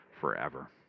forever